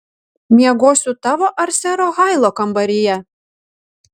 miegosiu tavo ar sero hailo kambaryje